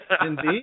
Indeed